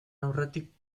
aurretik